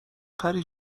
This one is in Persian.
پری